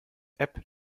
app